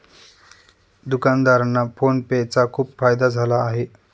दुकानदारांना फोन पे चा खूप फायदा झाला आहे